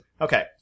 Okay